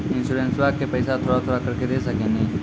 इंश्योरेंसबा के पैसा थोड़ा थोड़ा करके दे सकेनी?